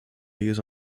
use